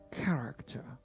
character